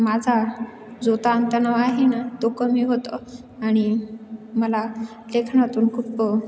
माझा जो ताणतणाव आहे ना तो कमी होतो आणि मला लेखनातून खूप